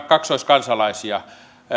kaksoiskansalaisia